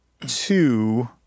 Two